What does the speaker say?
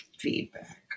feedback